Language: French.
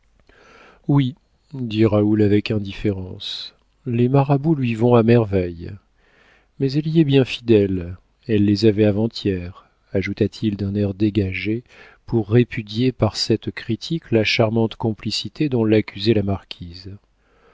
oui dit raoul avec indifférence les marabouts lui vont à merveille mais elle y est bien fidèle elle les avait avant-hier ajouta-t-il d'un air dégagé pour répudier par cette critique la charmante complicité dont l'accusait la marquise